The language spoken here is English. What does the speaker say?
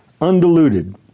undiluted